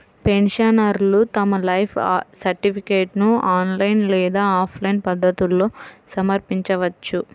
పెన్షనర్లు తమ లైఫ్ సర్టిఫికేట్ను ఆన్లైన్ లేదా ఆఫ్లైన్ పద్ధతుల్లో సమర్పించవచ్చు